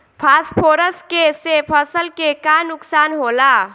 Phosphorus के से फसल के का नुकसान होला?